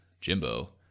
Jimbo